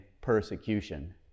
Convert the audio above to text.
persecution